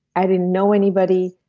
i didn't know anybody.